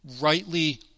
rightly